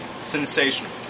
Sensational